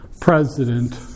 president